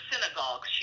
synagogue